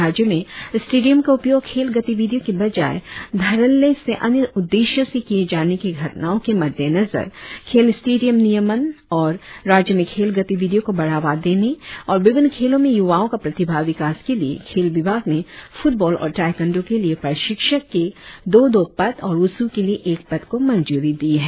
राज्य में स्टेडियम का उपयोग खेल गतिविधियों के बजाय धड़ल्ले से अन्य उद्देश्यों से किए जाने की घटनाओ के मद्देनजर खेल स्टेडियम नियमन और राज्य में खेल गतिविधियों को बढ़ावा देने और विभिन्न खेंलो में युवाओं का प्रतिभा विकास के लिए खेल विभाग ने फुटबॉल और ताईक्कांडो के लिए प्रशिक्षक के दो दो पद और वुसू के लिए एक पद को मंजूरी दी है